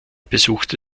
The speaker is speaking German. besuchte